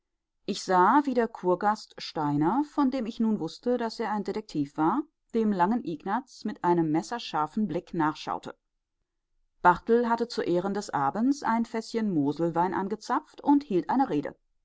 ich sah wie der kurgast steiner von dem ich nun wußte daß er ein detektiv war dem langen ignaz mit einem messerscharfen blick nachschaute barthel hatte zu ehren des abends ein fäßchen moselwein angezapft und hielt eine rede